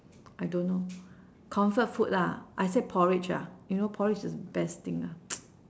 I don't know comfort food lah I said porridge ah you know porridge is the best thing lah